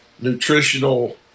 nutritional